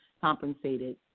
compensated